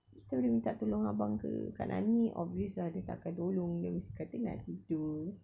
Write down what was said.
kita boleh minta tolong abang ke kak nani obvious ah dia tak akan tolong dia mesti kata nak tidur